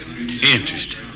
Interesting